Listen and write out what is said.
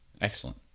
Excellent